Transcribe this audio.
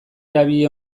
erabili